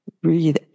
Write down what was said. Breathe